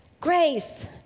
Grace